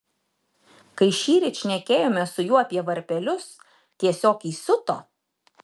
kai šįryt šnekėjomės su juo apie varpelius tiesiog įsiuto